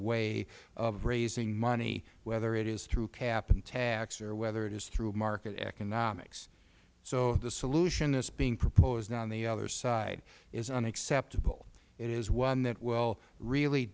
way of raising money whether it is through cap and tax or whether it is through market economics so the solution that is being proposed on the other side is unacceptable it is one that will really